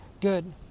good